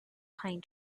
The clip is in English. pine